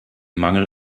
mangel